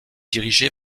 dirigé